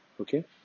Okay